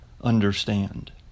understand